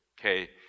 okay